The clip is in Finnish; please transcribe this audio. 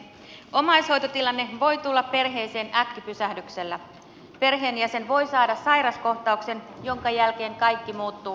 omaishoitotilanne voi tulla perheeseen äkkipysähdyksellä perheenjäsen voi saada sairaskohtauksen jonka jälkeen kaikki muuttuu